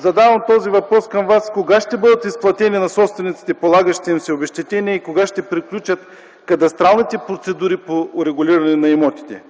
Задавам този въпрос към Вас: кога ще бъдат изплатени на собствениците полагащите им се обезщетения и кога ще приключат кадастралните процедури по урегулиране на имотите?